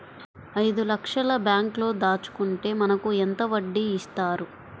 ఐదు లక్షల బ్యాంక్లో దాచుకుంటే మనకు ఎంత వడ్డీ ఇస్తారు?